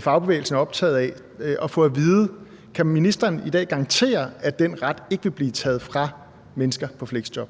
fagbevægelsen, der er optaget af – om ministeren i dag kan garantere, at den ret ikke vil blive taget fra mennesker i fleksjob.